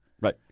Right